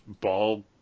ball